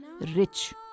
rich